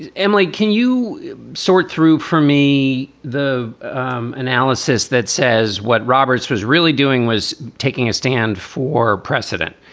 and emily, can you sort through for me the um analysis that says what roberts was really doing was taking a stand for precedent?